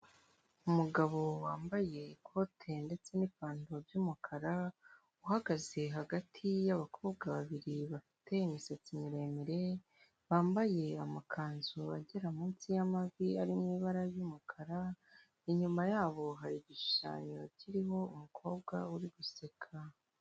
Umugabo wambaye ikote ndetse n'ipantaro by'umukara uhagaze hagati y'abakobwa babiri bafite imisatsi miremire bambaye amakanzu agera munsi y'amavi ari mu ibara ry'umukara, inyuma yabo hari igishushanyo kirimo umukobwa uri guseka.